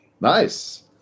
nice